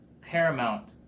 paramount